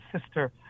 sister